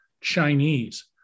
Chinese